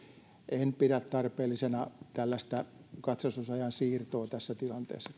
en pidä tarpeellisena tällaista katsastusajan siirtoa tässä tilanteessa